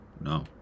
No